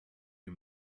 you